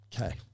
Okay